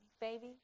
baby